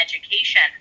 education